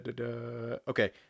Okay